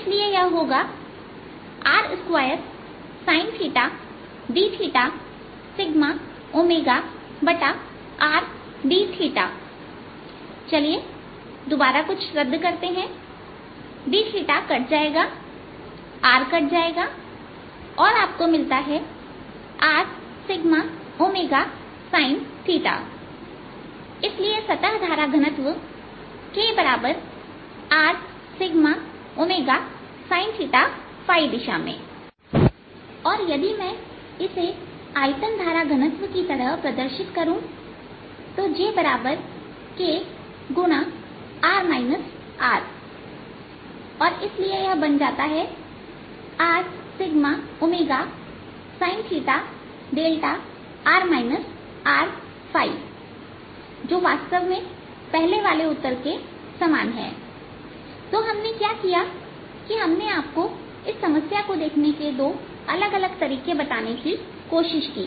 इसलिए यह होगा R2sinθdθ Rdθचलिए दोबारा कुछ रद्द करते हैं dθ कट जाएगा R कट जाएगा और आपको मिलता है Rσωsin इसलिए सतह धारा घनत्व kRσωsin दिशा में और यदि मैं इसे आयतन धारा घनत्व की तरह प्रदर्शित करूं तो jk x इसलिए यह बन जाता है Rσωsin θδ जो वास्तव में पहले वाले उत्तर के समान है तो हमने क्या किया कि आप को इस समस्या को देखने के दो अलग अलग तरीके बताने की कोशिश की